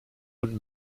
und